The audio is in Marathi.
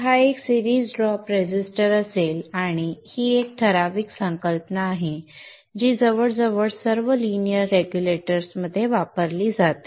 हा एक सिरीज ड्रॉप रेझिस्टर असेल आणि ही ठराविक संकल्पना आहे जी जवळजवळ सर्व लीनियर रेग्युलेटर मध्ये वापरली जाते